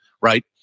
right